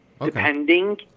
depending